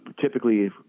typically